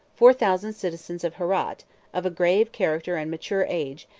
four thousand citizens of herat, of a grave character and mature age,